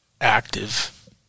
active